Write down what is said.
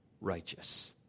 righteous